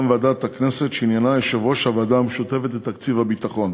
ועדת הכנסת שעניינה יושב-ראש הוועדה המשותפת לתקציב הביטחון.